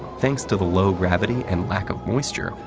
thanks to the low gravity and lack of moisture,